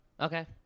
Okay